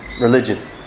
religion